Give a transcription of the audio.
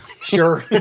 Sure